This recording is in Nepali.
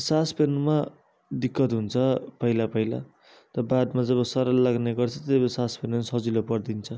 श्वास फेर्नुमा दिक्कत हुन्छ पहिला पहिला त बादमा जब सरल लाग्ने गर्छ त्यति बेला श्वास फेर्नु सजिलो परिदिन्छ